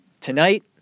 tonight